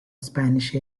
spanish